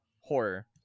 horror